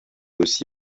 aussi